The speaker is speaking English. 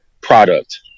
product